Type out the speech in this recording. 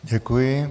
Děkuji.